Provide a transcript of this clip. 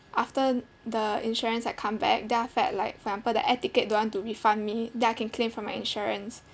after the insurance I come back then after that like for example the air ticket don't want to refund me then I can claim from my insurance